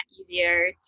easier